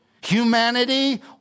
Humanity